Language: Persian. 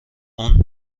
اون